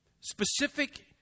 specific